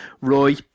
Roy